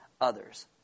others